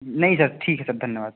नहीं सर ठीक है सर धन्यवाद